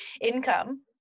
income